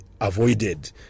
avoided